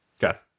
Got